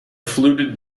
fluted